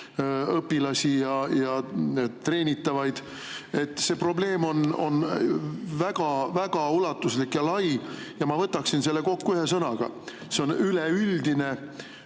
õpilasi ja treenitavaid. See probleem on väga ulatuslik ja lai ning ma võtaksin selle kokku – see on üleüldine